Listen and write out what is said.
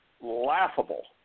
laughable